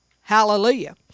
hallelujah